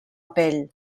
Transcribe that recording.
pell